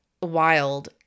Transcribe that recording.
wild